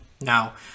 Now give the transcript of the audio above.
Now